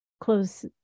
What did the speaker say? close